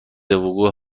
وقوع